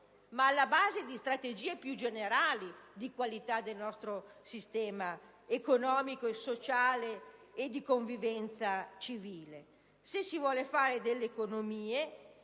ma alla base di strategie più generali di qualità del nostro sistema economico e sociale e di convivenza civile. Se si vuole realizzare delle economie